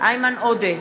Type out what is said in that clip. איימן עודה,